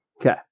Okay